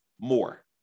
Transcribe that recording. more